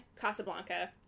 casablanca